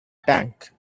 tank